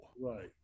Right